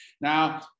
Now